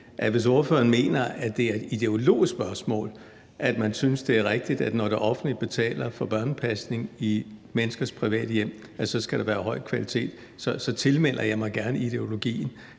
hvis ordføreren mener, at det er et ideologisk spørgsmål, at man synes, det er rigtigt, at der, når det offentlige betaler for børnepasning i menneskers private hjem, så skal være en høj kvalitet, så gerne tilmelder mig ideologien.